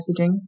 messaging